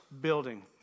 building